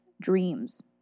dreams